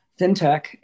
FinTech